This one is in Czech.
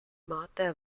máte